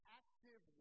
active